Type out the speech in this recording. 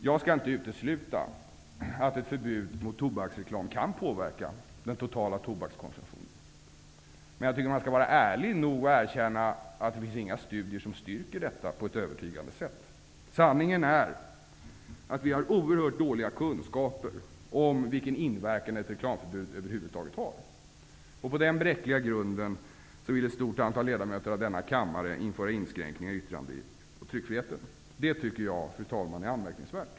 Jag skall inte utesluta att ett förbud mot tobaksreklam kan påverka den totala tobakskonsumtionen, men jag tycker att man skall vara ärlig nog att erkänna att det inte finns några studier som styrker detta på ett övertygande sätt. Sanningen är att vi har oerhört dåliga kunskaper om vilken inverkan ett reklamförbud över huvud taget har. Men på den bräckliga grunden vill ett stort antal ledamöter av denna kammare införa inskränkningar i yttrande och tryckfriheten. Det tycker jag, fru talman, är anmärkningsvärt.